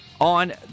on